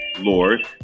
Lord